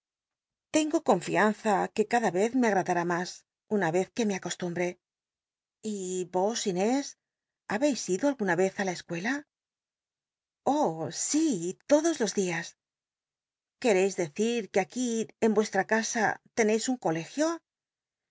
confian za que cada y ez me agraclal'li mas una vez que mé acostumbre y os jnós habeis ido alguna vez á la escuela oh si y oy lodos los dias qucrcis decir qnc aquí en ucstra casa teneis un colegio